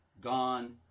gone